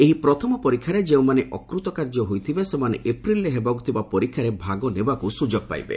ଏହି ପ୍ରଥମ ପରୀକ୍ଷାରେ ଯେଉଁମାନେ ଅକୃତକାର୍ଯ୍ୟ ହୋଇଥିବେ ସେମାନେ ଏପ୍ରିଲ୍ରେ ହେବାକୁ ଥିବା ପରୀକ୍ଷାରେ ଭାଗନେବାକୁ ସ୍ତ୍ରଯୋଗ ପାଇବେ